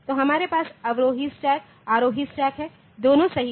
तो हमारे पास अवरोही स्टैक आरोही स्टैक हैं दोनों सही हैं